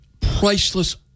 priceless